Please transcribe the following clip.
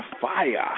fire